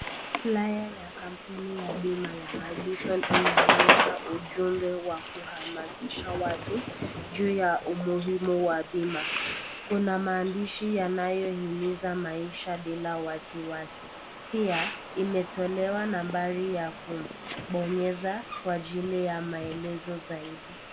Flyer ya kampuni ya bima ya Madison ikionyesha ujumbe wa kuhamasisha watu juu ya umuhimu wa bima. Kuna maandishi yanayohimiza maisha bila wasiwasi. Pia, imetolewa nambari ya kubonyeza kwa ajili ya maelezo zaidi.